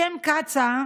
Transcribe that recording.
הסכם קצא"א,